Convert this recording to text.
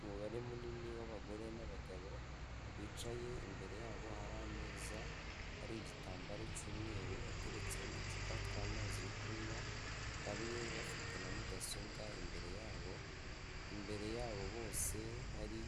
Umubare munini w'abagore n'abagabo bicaye imbere yabo hari ameza ariho igitambaro cy'umweru ateretseho uducupa tw'amazi yo kunywa, bamwe bafite na mudasobwa imbere yabo, imbere yabo bose hari